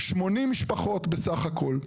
80 משפחות בסך הכל.